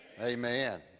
Amen